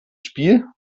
spiel